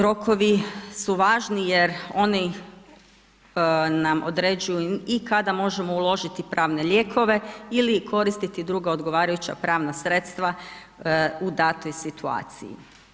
Rokovi su važni jer oni nam određuju i kada možemo uložiti pravne lijekove ili koristiti druga odgovarajuća pravna sredstva u datoj situaciji.